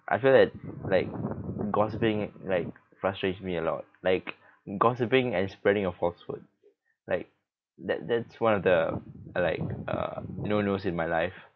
I feel that like gossiping like frustrates me a lot like gossiping and spreading a falsehood like that that's one of the like uh no nos in my life